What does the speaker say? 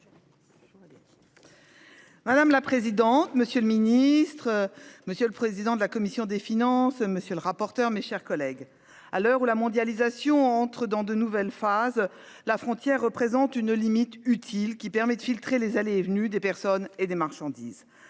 Madame la présidente, monsieur le ministre. Monsieur le président de la commission des finances, monsieur le rapporteur. Mes chers collègues. À l'heure où la mondialisation entrent dans de nouvelles phases la frontière représente une limite utile qui permet de filtrer les allées et venues des personnes et des marchandises.